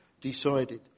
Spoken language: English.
decided